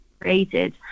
created